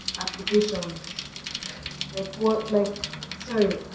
applications like what like sorry,